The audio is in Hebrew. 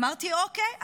אמרתי: אוקיי,